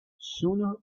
sooner